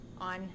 on